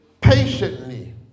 Patiently